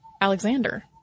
Alexander